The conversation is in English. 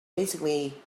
basically